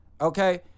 okay